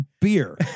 beer